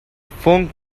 phone